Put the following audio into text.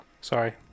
Sorry